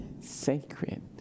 sacred